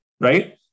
right